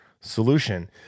solution